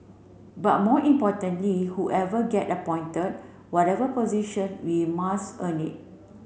but more importantly whoever get appointed whatever position we must earn it